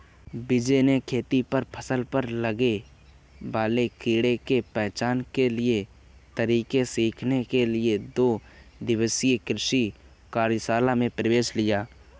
विजय ने खेती में फसल पर लगने वाले कीट के पहचान के तरीके सीखने के लिए दो दिवसीय कृषि कार्यशाला में प्रवेश लिया